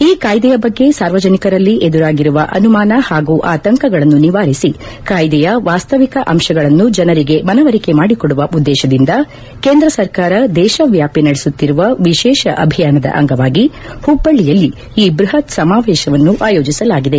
ಈ ಕಾಯ್ಗೆಯ ಬಗ್ಗೆ ಸಾರ್ವಜನಿಕರಲ್ಲಿ ಎದುರಾಗಿರುವ ಅನುಮಾನ ಹಾಗೂ ಆತಂಕಗಳನ್ನು ನಿವಾರಿಸಿ ಕಾಯ್ಲೆಯ ವಾಸ್ತವಿಕ ಅಂಶಗಳನ್ನು ಜನರಿಗೆ ಮನವರಿಕೆ ಮಾದಿಕೊಡುವ ಉದ್ದೇಶದಿಂದ ಕೇಂದ್ರ ಸರ್ಕಾರ ದೇಶವ್ಯಾಪಿ ನಡೆಸುತ್ತಿರುವ ವಿಶೇಷ ಅಭಿಯಾನದ ಅಂಗವಾಗಿ ಹುಬ್ಬಳ್ಳಿಯಲ್ಲಿ ಈ ಬ್ಬಹತ್ ಸಮಾವೇಶವನ್ನು ಆಯೋಜಿಸಲಾಗಿದೆ